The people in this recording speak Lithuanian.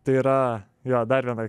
tai yra jo dar viena